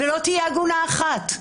ולא תהיה עגונה אחת,